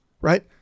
right